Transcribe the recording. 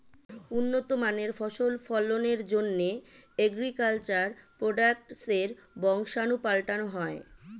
উন্নত মানের ফসল ফলনের জন্যে অ্যাগ্রিকালচার প্রোডাক্টসের বংশাণু পাল্টানো হয়